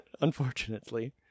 unfortunately